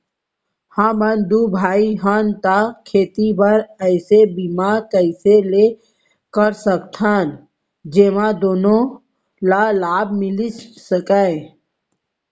हमन दू भाई हन ता खेती बर ऐसे बीमा कइसे ले सकत हन जेमा दूनो ला लाभ मिलिस सकए?